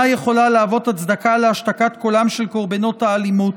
יכולה להוות הצדקה להשתקת קולם של קורבנות האלימות.